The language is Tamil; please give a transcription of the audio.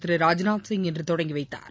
திரு ராஜ்நாத் சிங் இன்று தொடங்கிவைத்தார்